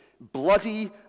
bloody